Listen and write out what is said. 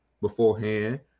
beforehand